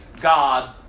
God